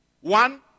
One